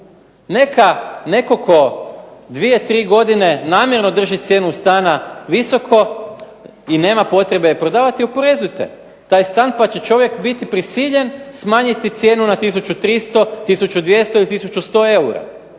netko tko dvije, tri godine namjerno drži cijenu stana visoko i nema potrebe prodavati oporezujte taj stan, pa će čovjek biti prisiljen smanjiti cijenu na 1300, 1200 ili 1100 eura.